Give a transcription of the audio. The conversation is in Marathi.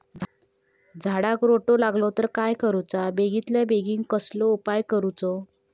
झाडाक रोटो लागलो तर काय करुचा बेगितल्या बेगीन कसलो उपाय करूचो?